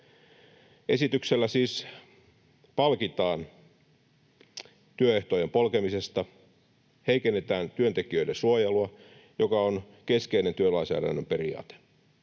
Esityksellä siis palkitaan työehtojen polkemisesta, heikennetään työntekijöiden suojelua, joka on keskeinen työlainsäädännön periaate.